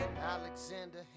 Alexander